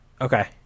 Okay